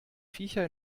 viecher